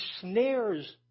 snares